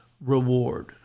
reward